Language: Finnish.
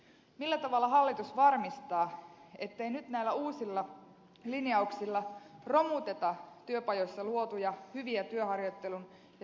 millä tavalla hallitus varmistaa ettei nyt näillä uusilla linjauksilla romuteta työpajoissa luotuja hyviä työharjoittelun ja työelämävalmennuksen käytäntöjä